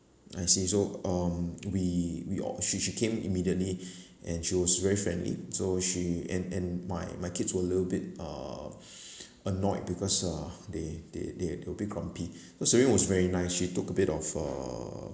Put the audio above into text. I see so um we we all she she came immediately and she was very friendly so she and and my my kids were little bit uh annoyed because uh they they they were a bit grumpy so serene was very nice she took a bit of uh